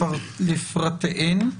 לפרטיהן.